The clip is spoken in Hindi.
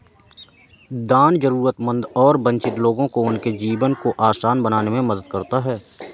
दान जरूरतमंद और वंचित लोगों को उनके जीवन को आसान बनाने में मदद करता हैं